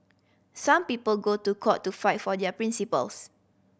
some people go to court to fight for their principles